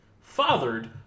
fathered